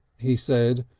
he said,